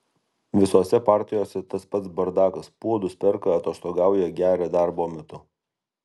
visose partijose tas pats bardakas puodus perka atostogauja geria darbo metu